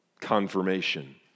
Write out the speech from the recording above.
Confirmation